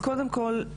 אז קודם כל,